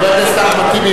חבר הכנסת טיבי,